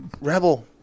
Rebel